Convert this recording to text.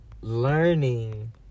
learning